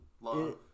love